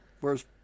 whereas